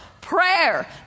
prayer